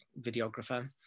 videographer